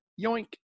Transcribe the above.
yoink